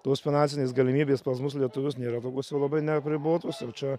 tos finansinės galimybės pas mus lietuvius nėra tokios jau labai neapribotos jau čia